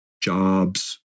jobs